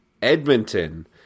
Edmonton